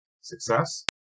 success